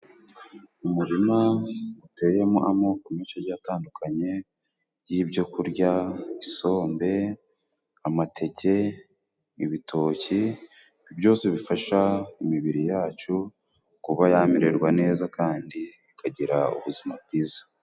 Umurima guteyemo amoko menshi atandukanye y'ibyokurya isombe, amateke, ibitoki byose bifasha imibiri yacu kuba yamererwa neza kandi ikagira ubuzima bwiza.